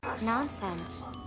Nonsense